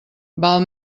val